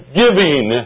giving